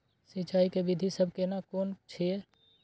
सिंचाई के विधी सब केना कोन छिये?